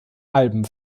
alben